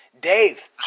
Dave